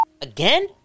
Again